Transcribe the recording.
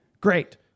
great